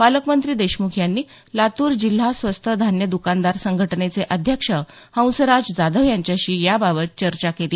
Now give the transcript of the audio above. पालकमंत्री देशमुख यांनी लातूर जिल्हा स्वस्त धान्य दुकानदार संघटनेचे अध्यक्ष हंसराज जाधव यांच्याशी याबाबत चर्चा केली